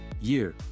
year